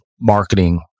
marketing